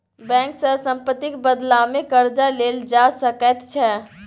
bank सँ सम्पत्तिक बदलामे कर्जा लेल जा सकैत छै